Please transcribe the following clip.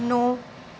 ਨੌ